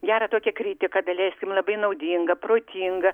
gerą tokią kritiką daleiskim labai naudingą protingą